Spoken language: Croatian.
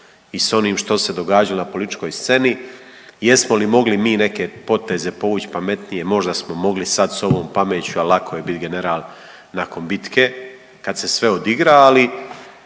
i sa onim što se događalo na političkoj sceni. Jesmo li mogli mi neke poteze povući pametnije, možda smo mogli sad sa ovom pameću, ali lako je biti general nakon bitke kad se sve odigra. Ali